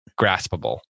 graspable